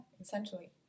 Essentially